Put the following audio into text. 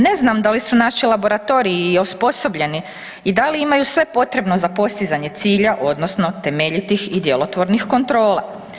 Ne znam da li su naši laboratoriji i osposobljeni i da li imaju sve potrebno za postizanje cilja, odnosno temeljitih i djelotvornih kontrola.